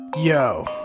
Yo